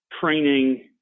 training